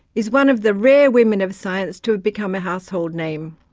is one of the rare women of science to have become a household name.